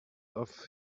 off